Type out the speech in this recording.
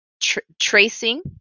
tracing